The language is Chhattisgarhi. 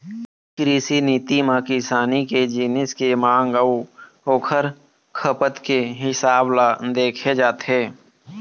कृषि नीति म किसानी के जिनिस के मांग अउ ओखर खपत के हिसाब ल देखे जाथे